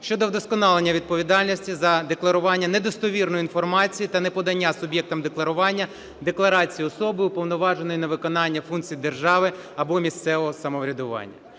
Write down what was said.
щодо вдосконалення відповідальності за декларування недостовірної інформації та неподання суб'єктом декларування декларації особи, уповноваженої на виконання функцій держави або місцевого самоврядування".